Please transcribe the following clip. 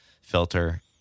filter